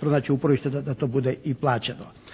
pronaći uporište da to bude i plaćeno.